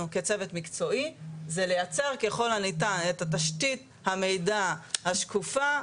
כצוות מקצועי זה לייצר ככל הניתן את התשתית המידע השקופה,